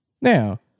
Now